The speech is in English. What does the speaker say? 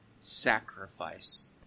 sacrifice